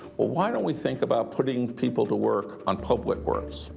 why don't we think about putting people to work on public works?